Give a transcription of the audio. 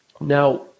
Now